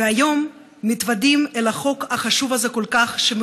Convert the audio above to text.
והיום מתוודעים לחוק החשוב כל כך הזה,